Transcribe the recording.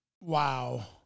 wow